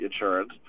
insurance